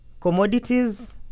Commodities